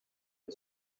and